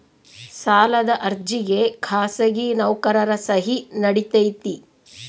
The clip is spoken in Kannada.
ಸಾಲದ ಅರ್ಜಿಗೆ ಖಾಸಗಿ ನೌಕರರ ಸಹಿ ನಡಿತೈತಿ?